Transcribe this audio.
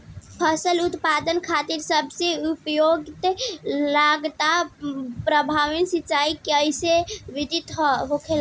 फसल उत्पादन खातिर सबसे उपयुक्त लागत प्रभावी सिंचाई के कइसन विधि होला?